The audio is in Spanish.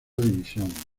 división